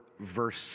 verse